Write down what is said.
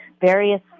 various